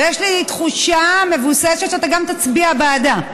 ויש לי תחושה מבוססת שאתה גם תצביע בעדה,